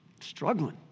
struggling